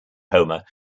homer